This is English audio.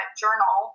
journal